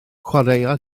chwaraea